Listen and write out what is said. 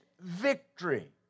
victory